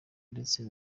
ndetse